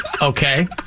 Okay